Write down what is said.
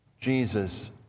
Jesus